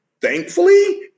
thankfully